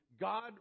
God